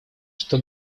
что